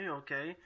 okay